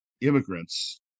immigrants